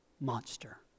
monster